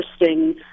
interesting